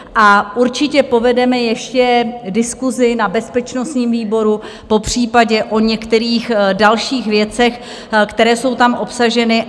A určitě povedeme ještě diskusi na bezpečnostním výboru popřípadě o některých dalších věcech, které jsou tam obsaženy.